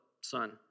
son